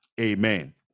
amen